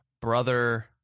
brother